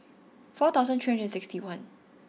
four thousand three hundred and sixty one